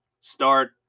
start